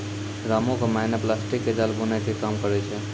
रामू के माय नॅ प्लास्टिक के जाल बूनै के काम करै छै